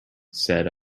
said